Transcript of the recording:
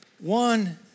one